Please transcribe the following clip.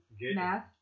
math